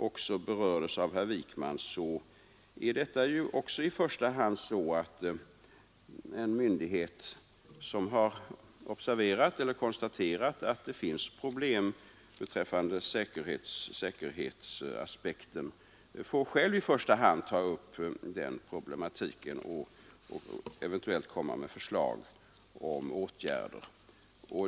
även berördes av herr Wijkman, är det också så att en myndighet, som har konstaterat att det finns problem beträffande säkerhetsaspekten, själv i första hand får ta upp den problematiken och eventuellt lägga fram förslag om åtgärder.